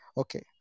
okay